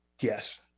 Yes